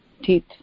teeth